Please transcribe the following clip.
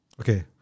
Okay